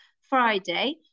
Friday